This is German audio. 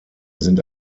sind